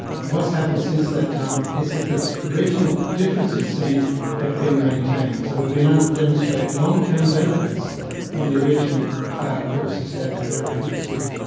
and what's happened since that time is that the original differences seen have been maintained. so we've been able to demonstrate long-term benefits from the original course of statin therapy that was given.